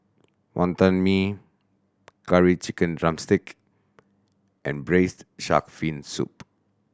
Wonton Mee Curry Chicken drumstick and Braised Shark Fin Soup